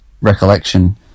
recollection